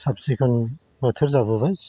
साफ सिखोन बोथोर जाबोबाय